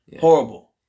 Horrible